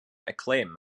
acclaim